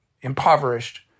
impoverished